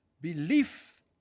belief